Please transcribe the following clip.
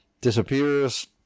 disappears